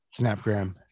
Snapgram